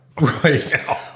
Right